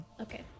Okay